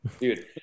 Dude